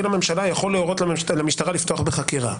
לממשלה יכול להורות למשטרה לפתוח בחקירה.